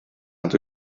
nad